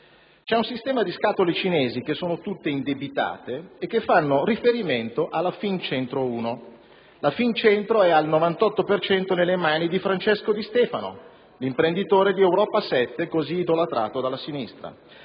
C'è un sistema di scatole cinesi, tutte indebitate, che fanno riferimento alla Fincentro1, che è al 98 per cento nelle mani di Francesco Di Stefano, l'imprenditore di Europa 7 così tanto idolatrato dalla sinistra.